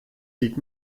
sieht